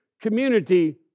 community